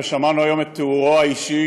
ושמענו היום את תיאורו האישי